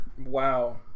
Wow